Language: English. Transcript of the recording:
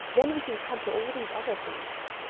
then we can come to all these other things.